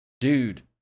dude